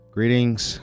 Greetings